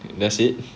that's it